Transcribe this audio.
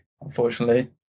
unfortunately